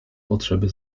potrzeby